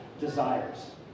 desires